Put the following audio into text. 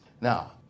Now